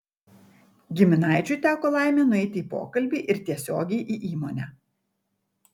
giminaičiui teko laimė nueiti į pokalbį ir tiesiogiai į įmonę